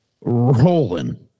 rolling